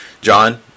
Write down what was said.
John